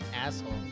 asshole